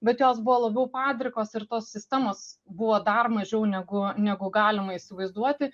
bet jos buvo labiau padrikos ir tos sistemos buvo dar mažiau negu negu galima įsivaizduoti